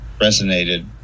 resonated